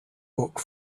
book